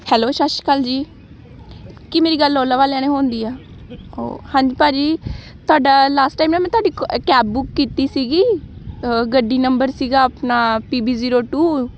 hello Sat Shri Akal ji ਕੀ ਮੇਰੀ ਗੱਲ ਓਲਾ ਵਾਲਿਆਂ ਨਾਲ ਹੋਣ ਡੀ ਆ ਓ ਹਾਂਜੀ ਭਾਅ ਜੀ ਤੁਹਾਡਾ ਲਾਸਟ ਟਾਈਮ ਨਾ ਮੈਂ ਤੁਹਾਡੀ ਇੱਕ ਕੈਬ ਬੁੱਕ ਕੀਤੀ ਸੀਗੀ ਗੱਡੀ ਨੰਬਰ ਸੀਗਾ ਆਪਣਾ ਪੀ ਬੀ ਜ਼ੀਰੋ ਟੂ